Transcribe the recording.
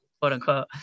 quote-unquote